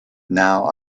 now